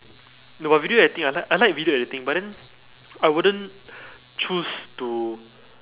no but video editing I li~ I like video editing but then I wouldn't choose to